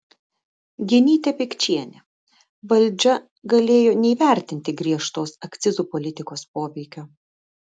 genytė pikčienė valdžia galėjo neįvertinti griežtos akcizų politikos poveikio